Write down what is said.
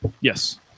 Yes